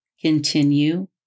Continue